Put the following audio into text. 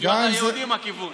שוויון ליהודים, הכיוון.